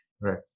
Right